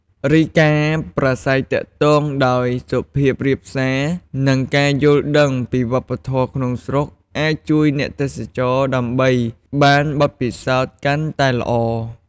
ឯការប្រាស្រ័យទាក់ទងដោយសុភាពរាបសារ និងការយល់ដឹងពីវប្បធម៌ក្នុងស្រុក អាចជួយអ្នកទេសចរទទួលបានបទពិសោធន៍កាន់តែល្អ។